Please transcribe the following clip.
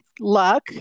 luck